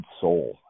soul